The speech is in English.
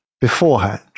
beforehand